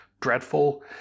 dreadful